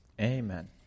Amen